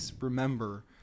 remember